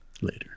later